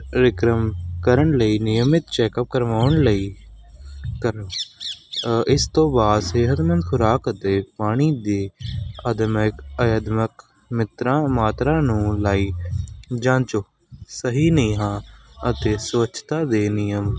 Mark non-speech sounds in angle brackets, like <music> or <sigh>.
ਰੀਕ੍ਰਮ ਕਰਨ ਲਈ ਨਿਯਮਤ ਚੈੱਕਅਪ ਕਰਵਾਉਣ ਲਈ ਕਰ ਇਸ ਤੋਂ ਬਾਅਦ ਸਿਹਤਮੰਦ ਖੁਰਾਕ ਅਤੇ ਪਾਣੀ ਦੀ ਅਦਰਮਾਈ ਆਦਮਕ ਮਿੱਤਰਾ ਮਾਤਰਾ ਨੂੰ ਲਾਈ <unintelligible> ਸਹੀ ਨੀਂਹਾਂ ਅਤੇ ਸਵੱਛਤਾ ਦੇ ਨਿਯਮ